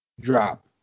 drop